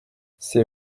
c’est